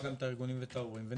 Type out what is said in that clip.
אני